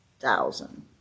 Thousand